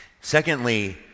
secondly